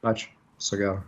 ačiū viso gero